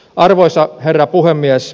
arvoisa herra puhemies